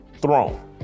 throne